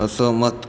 असहमत